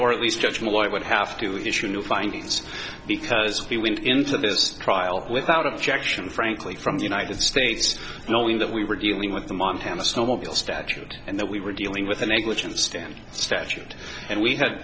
or at least judge will i would have to issue new findings because we went into this trial without objection frankly from the united states knowing that we were dealing with the montana snowmobile statute and that we were dealing with a negligent stand statute and we had